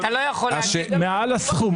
אתה לא יכול להגיד לחבר כנסת להיות סבלני.